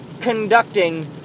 conducting